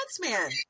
man